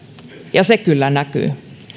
ja se kyllä näkyy